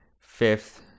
Fifth